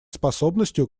способностью